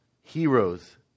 heroes